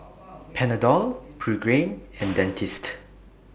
Panadol Pregain and Dentiste